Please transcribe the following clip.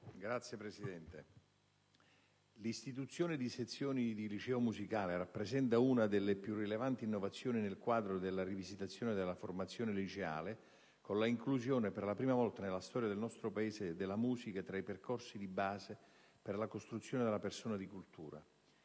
Signor Presidente, l'istituzione di sezioni di liceo musicale rappresenta una delle più rilevanti innovazioni nel quadro della rivisitazione della formazione liceale con la inclusione, per la prima volta nella storia del nostro Paese, della musica tra i percorsi di base per la costruzione della persona di cultura.